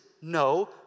no